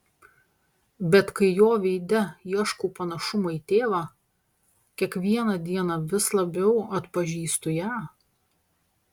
bet kai jo veide ieškau panašumo į tėvą kiekvieną dieną vis labiau atpažįstu ją